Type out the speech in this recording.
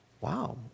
Wow